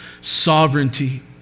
sovereignty